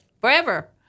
forever